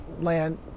land